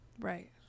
right